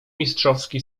mistrzowski